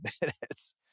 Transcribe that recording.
minutes